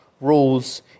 rules